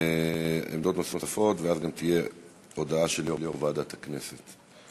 עמדות נוספות, ואז תהיה הודעה של ועדת הכנסת.